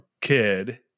kid